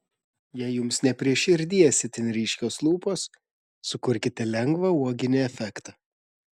jei jums ne prie širdies itin ryškios lūpos sukurkite lengvą uoginį efektą